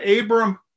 Abram